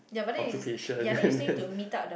occupation and then